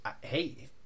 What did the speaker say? hey